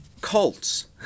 cults